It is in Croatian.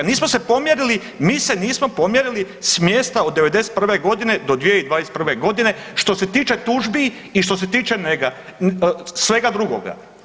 Nismo se pomjerili, mi se nismo pomjerili sa mjesta od '91. godine do 2021. godine što se tiče tužbi i što se tiče svega drugoga.